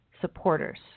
supporters